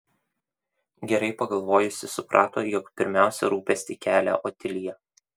gerai pagalvojusi suprato jog pirmiausia rūpestį kelia otilija